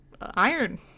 iron